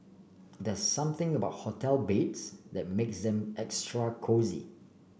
there's something about hotel beds that makes them extra cosy